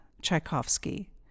Tchaikovsky